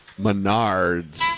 Menards